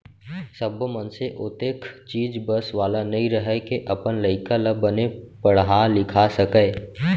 सब्बो मनसे ओतेख चीज बस वाला नइ रहय के अपन लइका ल बने पड़हा लिखा सकय